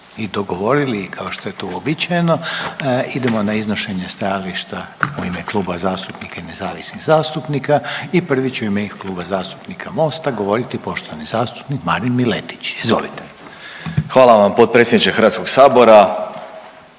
Zahvaljujem potpredsjedniče Hrvatskog sabora.